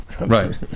right